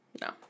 No